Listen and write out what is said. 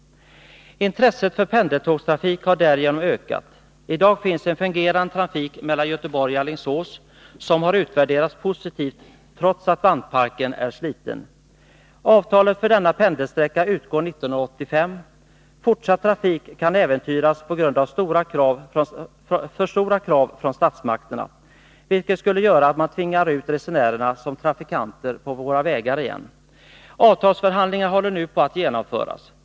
Intresset för pendeltågstrafik har därigenom ökat. I dag finns en fungerande trafik mellan Göteborg och Alingsås, som har utvärderats och visat sig fungera väl trots att vagnparken är sliten. Avtalet för denna pendelsträcka utgår 1985. Fortsatt trafik kan äventyras på grund av för stora krav från statsmakterna, vilket skulle göra att man tvingar ut resenärerna som trafikanter på våra vägar igen. Avtalsförhandlingar håller nu på att genomföras.